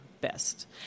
best